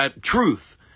truth